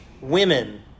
women